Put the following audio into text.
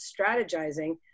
strategizing